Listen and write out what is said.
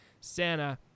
Santa